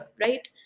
right